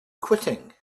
quitting